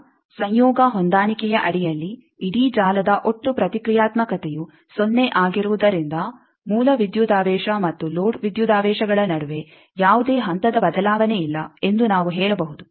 ಈಗ ಸಂಯೋಗ ಹೊಂದಾಣಿಕೆಯ ಅಡಿಯಲ್ಲಿ ಇಡೀ ಜಾಲದ ಒಟ್ಟು ಪ್ರತಿಕ್ರಿಯಾತ್ಮಕತೆಯು ಸೊನ್ನೆ ಆಗಿರುವುದರಿಂದ ಮೂಲ ವಿದ್ಯುದಾವೇಶ ಮತ್ತು ಲೋಡ್ ವಿದ್ಯುದಾವೇಶಗಳ ನಡುವೆ ಯಾವುದೇ ಹಂತದ ಬದಲಾವಣೆಯಿಲ್ಲ ಎಂದು ನಾವು ಹೇಳಬಹುದು